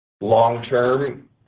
Long-term